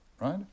Right